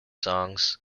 songs